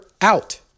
out